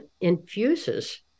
infuses